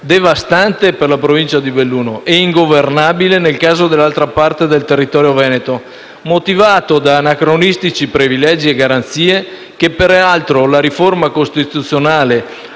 devastante per la Provincia di Belluno e ingovernabile, nel caso dell'altra parte del territorio veneto, motivato da anacronistici privilegi e garanzie che peraltro la riforma costituzionale